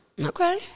Okay